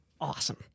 awesome